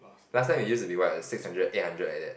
last time I used to be about six hundred eight hundred like that